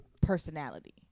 personality